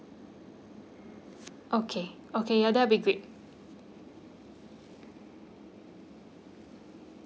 okay okay ya that would be great